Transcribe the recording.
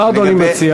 מה אדוני מציע?